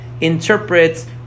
interprets